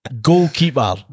goalkeeper